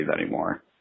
anymore